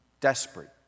desperate